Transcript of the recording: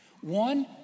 One